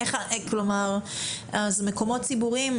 אז מקומות ציבוריים,